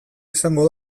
izango